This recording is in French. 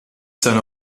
saint